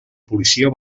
policia